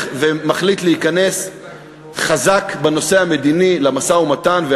ומחליט להיכנס חזק למשא-ומתן בנושא המדיני,